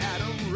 Adam